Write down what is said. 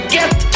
get